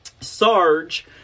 Sarge